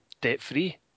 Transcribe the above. debt-free